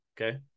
okay